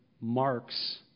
marks